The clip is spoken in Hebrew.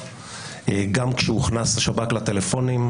גם כאשר הוכנס השב"כ לטלפונים,